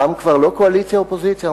והפעם כבר לא קואליציה ואופוזיציה,